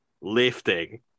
lifting